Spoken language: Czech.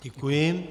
Děkuji.